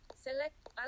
select